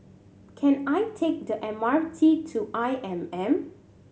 can I take the M R T to I M M